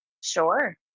sure